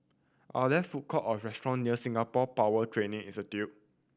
are there food court or restaurant near Singapore Power Training Institute